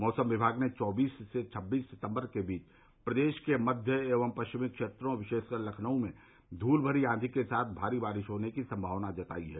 मौसम विमाग ने चौबीस से छब्बीस सितम्बर के बीच प्रदेश के मध्य एवं पश्चिमी क्षेत्रों विशेषकर लखनऊ में धूलमरी आंधी के साथ भारी बारिश होने की संमावना जताई है